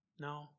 No